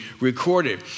recorded